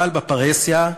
אבל בפרהסיה,